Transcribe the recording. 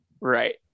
Right